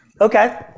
Okay